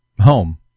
home